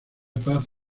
paz